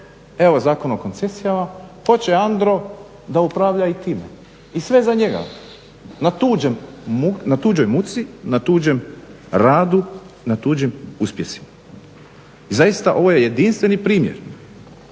evo Zakon o koncesijama, hoće Andro da upravlja i time i sve za njega, na tuđoj muci, na tuđem radu, na tuđim uspjesima. I zaista ovo je jedinstveni primjer